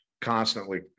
constantly